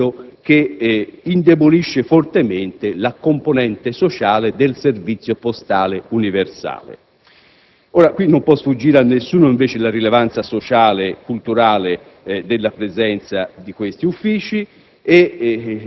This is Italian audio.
un qualcosa che indebolisce fortemente la componente sociale del servizio postale universale. Ora, non può sfuggire a nessuno, invece, la rilevanza sociale e culturale della presenza di tali uffici